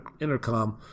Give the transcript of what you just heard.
Intercom